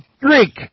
Drink